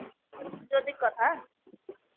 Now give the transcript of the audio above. जो दिक्कत है